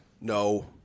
No